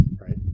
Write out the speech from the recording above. Right